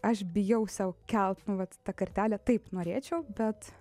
aš bijau sau kelt nu vat tą kartelę taip norėčiau bet